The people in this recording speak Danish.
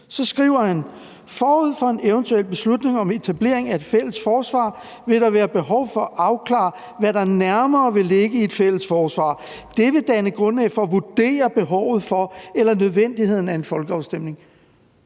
skriver han: Forud for en eventuel beslutning om etablering af et fælles forsvar vil der være behov for at afklare, hvad der nærmere vil ligge i et fælles forsvar. Det vil danne grundlag for at vurdere behovet for eller nødvendigheden af en folkeafstemning.